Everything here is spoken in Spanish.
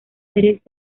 series